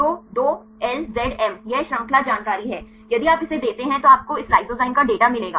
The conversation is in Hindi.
तो 2LZM यह श्रृंखला जानकारी है यदि आप इसे देते हैं तो आपको इस लाइसोजाइम का डेटा मिलेगा